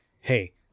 hey